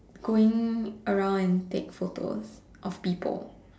going around and take photos of people